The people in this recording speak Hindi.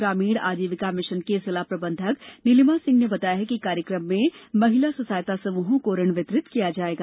ग्रामीण आजीविका मिशन की जिला प्रबंधक नीलिमा सिंह ने बताया कि कार्यक्रम में महिला स्व सहायता समूहों को ऋण वितरित किया जायेगा